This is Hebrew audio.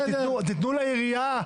אז תתנו לעירייה.